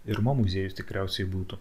ir mo muziejus tikriausiai būtų